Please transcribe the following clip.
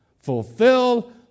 Fulfill